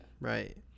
Right